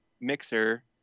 mixer